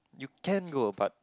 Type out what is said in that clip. you can go but